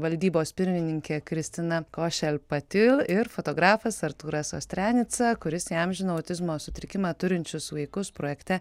valdybos pirmininkė kristina košel patil ir fotografas artūras ostrianica kuris įamžino autizmo sutrikimą turinčius vaikus projekte